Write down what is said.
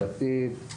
דתית,